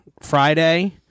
Friday